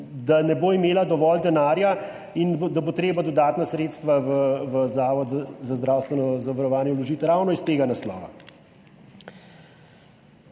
ne bo imela dovolj denarja in da bo treba vložiti dodatna sredstva v Zavod za zdravstveno zavarovanje ravno iz tega naslova.